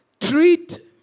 treat